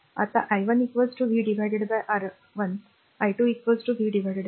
आता i1 v R1 i2 v R2